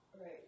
Right